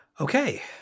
Okay